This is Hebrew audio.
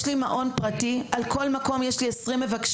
יש לי מעון פרטי, על כל מקום יש לי 20 מבקשים.